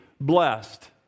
blessed